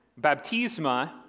Baptisma